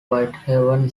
whitehaven